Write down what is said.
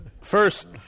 First